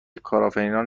کارآفرینان